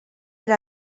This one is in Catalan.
per